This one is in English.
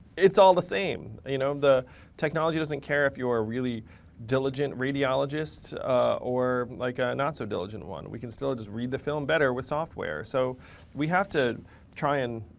it's all the same. you know, the technology doesn't care if you are a really diligent radiologist or like a not so diligent one. we can still just read the film better with software. so we have to try and